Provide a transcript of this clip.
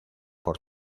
por